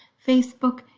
facebook,